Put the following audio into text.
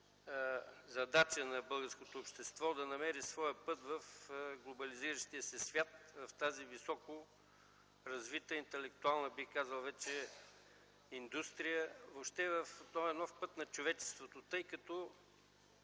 задача на българското общество – да намери своя път в глобализиращия се свят, в тази високоразвита интелектуална индустрия, въобще в този нов път на човечеството. Трябва